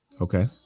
Okay